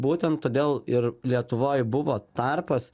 būtent todėl ir lietuvoj buvo tarpas